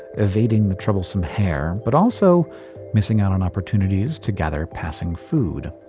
evading the troublesome hair but also missing out on opportunities to gather passing food.